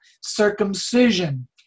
Circumcision